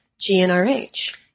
GNRH